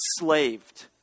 enslaved